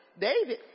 David